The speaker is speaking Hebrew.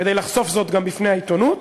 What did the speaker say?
כדי לחשוף גם זאת בפני העיתונות.